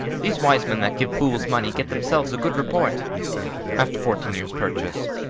these wise men that give fools money get themselves a good report after fourteen years' purchase.